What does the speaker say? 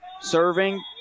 Serving